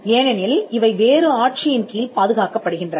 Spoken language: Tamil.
ஏனெனில் இவை வேறு ஆட்சியின் கீழ் பாதுகாக்கப்படுகின்றன